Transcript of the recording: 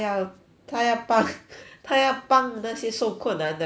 她要帮她要帮那些受困难的人